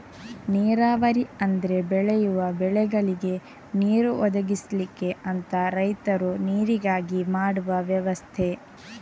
ನೀರಾವರಿ ಅಂದ್ರೆ ಬೆಳೆಯುವ ಬೆಳೆಗಳಿಗೆ ನೀರು ಒದಗಿಸ್ಲಿಕ್ಕೆ ಅಂತ ರೈತರು ನೀರಿಗಾಗಿ ಮಾಡುವ ವ್ಯವಸ್ಥೆ